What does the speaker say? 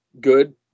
good